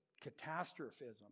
catastrophism